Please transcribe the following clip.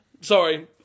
Sorry